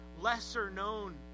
lesser-known